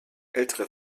ältere